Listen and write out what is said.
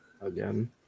again